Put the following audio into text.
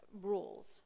rules